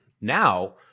now